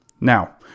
now